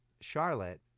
Charlotte